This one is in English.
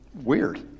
weird